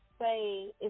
say